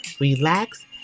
relax